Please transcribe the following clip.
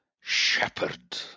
shepherd